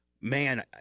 man